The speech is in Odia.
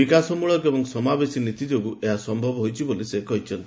ବିକାଶମୂଳକ ଏବଂ ସମାବେଶୀ ନୀତି ଯୋଗୁଁ ଏହା ସମ୍ଭବ ହୋଇଛି ବୋଲି ସେ କହିଛନ୍ତି